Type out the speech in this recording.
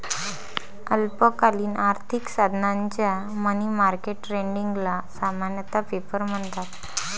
अल्पकालीन आर्थिक साधनांच्या मनी मार्केट ट्रेडिंगला सामान्यतः पेपर म्हणतात